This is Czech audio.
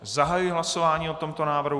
Zahajuji hlasování o tomto návrhu.